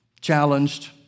challenged